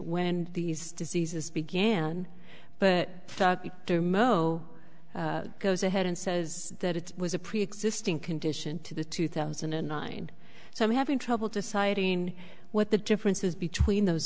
when these diseases began but their mo goes ahead and says that it was a preexisting condition to the two thousand and nine so i'm having trouble deciding what the difference is between those